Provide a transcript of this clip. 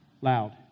Loud